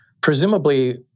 presumably